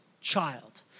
child